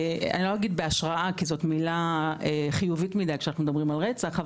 אני לא אגיד בהשראה כי זו מילה חיובית מידי כשאנחנו מדברים על רצח,